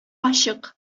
ачык